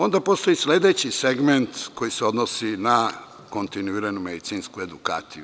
Onda postoji sledeći segment koji se odnosi na kontinuiranu medicinsku edukaciju.